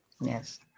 Yes